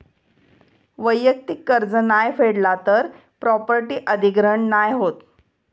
वैयक्तिक कर्ज नाय फेडला तर प्रॉपर्टी अधिग्रहण नाय होत